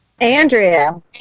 Andrea